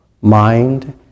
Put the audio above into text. mind